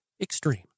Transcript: Extreme